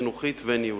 חינוכית וניהולית.